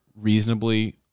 reasonably